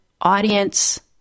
audience